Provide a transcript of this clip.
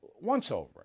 once-over